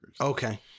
Okay